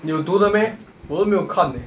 你有读的 meh 我都没有看 eh